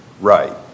right